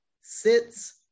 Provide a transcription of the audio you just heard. sits